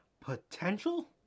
potential